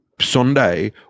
sunday